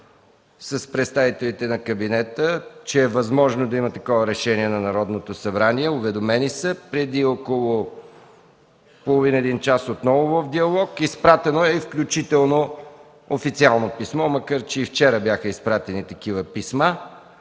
с представителите на кабинета, че е възможно да има такова решение на Народното събрание, уведомени са. Преди около половин-един час след диалог отново е изпратено изключително официално писмо, макар че и вчера бяха изпратени такива писма.